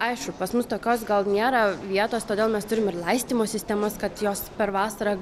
aišku pas mus tokios gal nėra vietos todėl mes turim ir laistymo sistemas kad jos per vasarą